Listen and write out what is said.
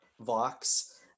Vox